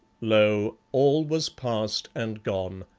lo! all was past and gone,